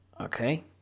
Okay